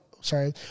sorry